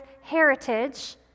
heritage